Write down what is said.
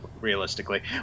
realistically